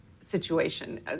situation